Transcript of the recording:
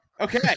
Okay